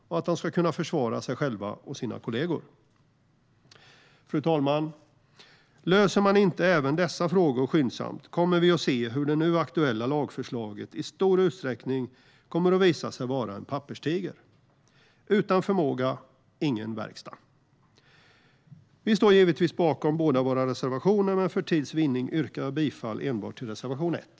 Man ska också kunna försvara sig själv och sina kollegor. Fru talman! Löser vi inte även dessa frågor skyndsamt kommer vi att se hur det nu aktuella lagförslaget i stor utsträckning kommer att visa sig vara en papperstiger. Utan förmåga - ingen verkstad. Vi står givetvis bakom båda våra reservationer, men för tids vinnande yrkar jag bifall enbart till reservation 1.